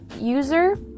user